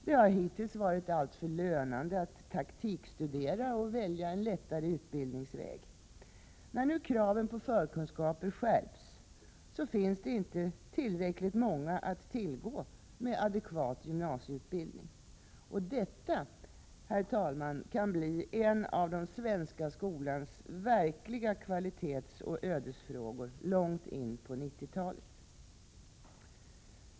Det har hittills varit alltför lönande att taktikstudera och välja en lättare utbildningsväg. När nu kraven på förkunskaper skärps finns det inte tillräckligt många att tillgå med adekvat gymnasieutbildning. Detta, herr talman, kan bli en av den svenska skolans verkliga kvalitetsoch ödesfrågor långt in på 1990-talet.